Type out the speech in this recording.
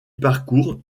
parcours